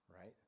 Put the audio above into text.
right